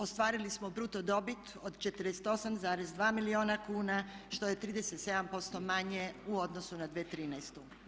Ostvarili smo bruto dobit od 48,2 milijuna kuna što je 37% manje u odnosu na 2013.